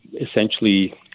essentially